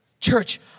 Church